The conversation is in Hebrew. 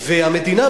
המדינה,